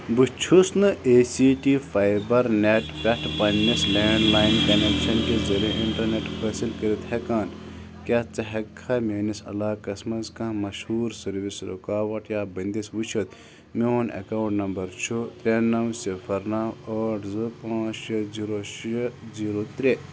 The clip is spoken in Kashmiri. بہٕ چھُس نہٕ A C T Fibernet پٮ۪ٹھ پنٛنِس لینٛڈ لایِن کَنٮ۪کشَن کہِ ذٔریعہٕ اِنٹرنٮ۪ٹ حٲصِل کٔرِتھ ہٮ۪کان کیٛاہ ژٕ ہٮ۪ککھا میٛٲنِس علاقس منٛز کانٛہہ مشہوٗر سٔروِس رُکاوَٹ یا بٔنٛدِس وٕچھِتھ میون اٮ۪کاوُنٛٹ نمبر چھُ ترٚےٚ نَو صِفَر نَو ٲٹھ زٕ پانٛژھ شےٚ زیٖرو شےٚ زیٖرو ترٛےٚ